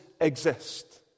exist